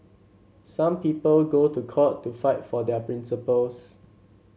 some people go to court to fight for their principles